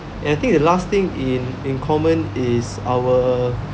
and I think the last thing in in common is our